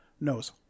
Knows